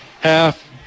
half